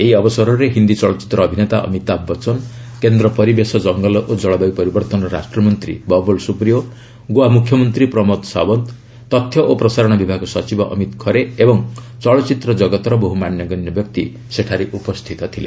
ଏହି ଅବସରରେ ହିନ୍ଦୀ ଚଳଚ୍ଚିତ୍ର ଅଭିନେତା ଅମିତାଭ୍ ବଚନ କେନ୍ଦ୍ର ପରିବେଶ ଜଙ୍ଗଲ ଓ ଜଳବାୟୁ ପରିବର୍ତ୍ତନ ରାଷ୍ଟ୍ରମନ୍ତ୍ରୀ ବାବୁଲ୍ ସୁପିୟୋ ଗୋଆ ମୁଖ୍ୟମନ୍ତ୍ରୀ ପ୍ରମୋଦ ସାଓ୍ୱନ୍ତ ତଥ୍ୟ ଓ ପ୍ରସାଣ ବିଭାଗ ସଚିବ ଅମିତ୍ ଖରେ ଓ ଚଳଚ୍ଚିତ୍ର ବହୁ ମାନ୍ୟଗଣ୍ୟ ବ୍ୟକ୍ତି ଉପସ୍ଥିତ ଥିଲେ